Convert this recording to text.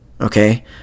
Okay